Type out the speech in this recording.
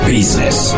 Business